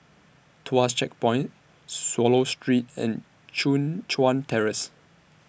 Tuas Checkpoint Swallow Street and Chun Chuan Terrace